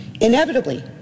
inevitably